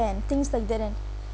~air and things like that and